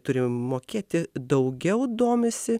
turi mokėti daugiau domisi